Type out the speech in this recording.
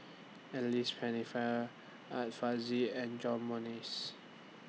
Alice Pennefather Art Fazil and John Morrice